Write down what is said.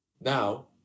Now